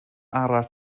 arall